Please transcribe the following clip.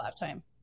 lifetime